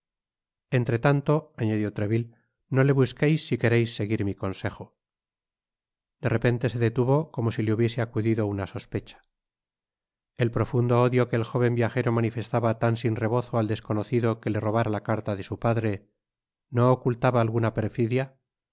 entre tanto añadió treville no le busqueis si quereis seguir mi consejo de repente se detuvo como si le hubiese acudido una sospecha el profundo odio que el jóven viajero manifestaba tan sin rebozo al desconocido que le robara la carta de su padre no ocultaba alguna perfidia